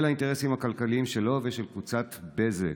ולאינטרסים כלכליים שלו ושל קבוצת בזק,